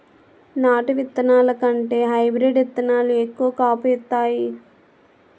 నాటు ఇత్తనాల కంటే హైబ్రీడ్ ఇత్తనాలు ఎక్కువ కాపు ఇత్తాయి